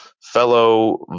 fellow